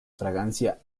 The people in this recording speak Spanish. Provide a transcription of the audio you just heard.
fragancia